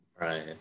right